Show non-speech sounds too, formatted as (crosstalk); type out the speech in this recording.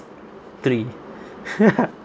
three (laughs)